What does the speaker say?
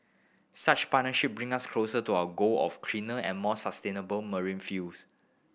such partnership bring us closer to our goal of cleaner and more sustainable marine fuels